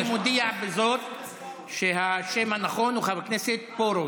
אני מודיע בזאת שהשם הנכון הוא חבר הכנסת פֹּרוש.